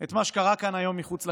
את מה שקרה כאן מחוץ לכנסת,